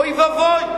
אוי ואבוי.